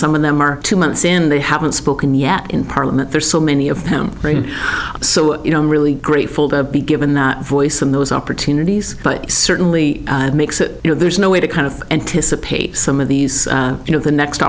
some of them are two months in they haven't spoken yet in parliament there's so many of them so you know i'm really grateful to be given that voice in those opportunities but certainly makes it you know there's no way to kind of anticipate some of these you know the next